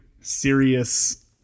serious